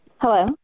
Hello